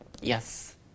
Yes